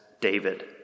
David